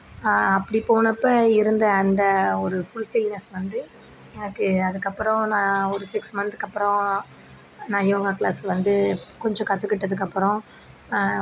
அப்படி போனப்போ இருந்த அந்த ஒரு ஃபுல்ஃபில்னஸ் வந்து எனக்கு அதுக்கப்புறம் நான் ஒரு சிக்ஸ் மந்த்துக்கு அப்புறம் நான் யோகா க்ளாஸ் வந்து கொஞ்சம் கற்றுக்கிட்டதுக்கப்பறம்